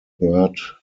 hurt